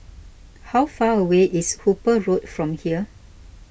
how far away is Hooper Road from here